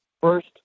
first